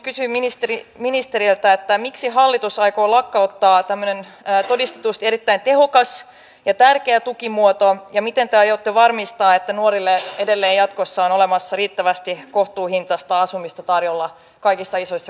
haluaisin nyt kysyä ministeriltä miksi hallitus aikoo lakkauttaa tämmöisen todistetusti erittäin tehokkaan ja tärkeän tukimuodon ja miten te aiotte varmistaa että nuorille edelleen jatkossa on olemassa riittävästi kohtuuhintaista asumista tarjolla kaikissa isoissa kasvukeskuksissa